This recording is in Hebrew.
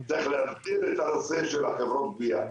צריך להסדיר את הנושא של חברות הגבייה.